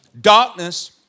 Darkness